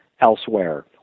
elsewhere